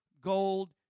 gold